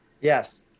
Yes